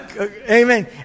Amen